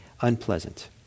unpleasant